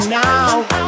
now